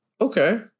Okay